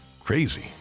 crazy